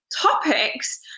topics